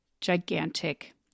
gigantic